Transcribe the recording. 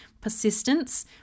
persistence